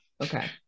Okay